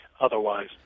Otherwise